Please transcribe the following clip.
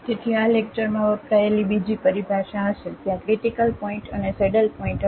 તેથી આ લેક્ચરમાં વપરાયેલી બીજી પરિભાષા હશે ત્યાં ક્રિટીકલ પોઇન્ટ અને સેડલ પોઇન્ટ હશે